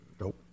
nope